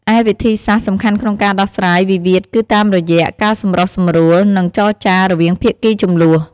ឯវិធីសាស្ត្រសំខាន់ក្នុងការដោះស្រាយវិវាទគឺតាមរយៈ ការសម្រុះសម្រួល និងចរចា រវាងភាគីជម្លោះ។